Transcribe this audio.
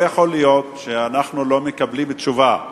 לא יכול להיות שאנחנו לא מקבלים תשובה.